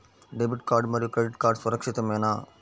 Debit card మరియు credit card సురక్షితమేనా?